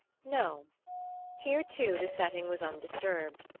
no here too the setting was undisturbed.